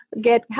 get